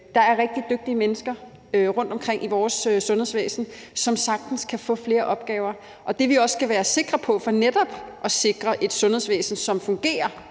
der er rigtig dygtige mennesker rundtomkring i vores sundhedsvæsen, som sagtens kan få flere opgaver. Det, vi også skal være sikre på for netop at sikre et sundhedsvæsen, som fungerer